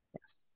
Yes